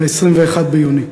21 ביוני,